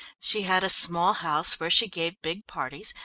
she had a small house where she gave big parties,